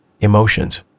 emotions